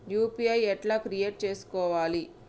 UPI ఎట్లా create చేసుకోవాలి?